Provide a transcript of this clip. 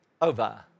over